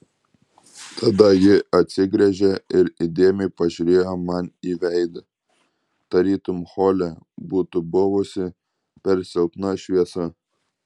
tada ji atsigręžė ir įdėmiai pažiūrėjo man į veidą tarytum hole būtų buvusi per silpna šviesa